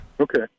Okay